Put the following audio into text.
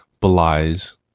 belies